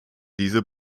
diese